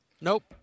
Nope